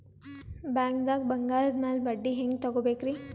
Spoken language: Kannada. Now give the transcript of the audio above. ಬ್ಯಾಂಕ್ದಾಗ ಬಂಗಾರದ್ ಮ್ಯಾಲ್ ಬಡ್ಡಿ ಹೆಂಗ್ ತಗೋಬೇಕ್ರಿ?